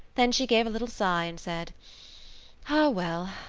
then she gave a little sigh and said ah, well!